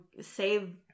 save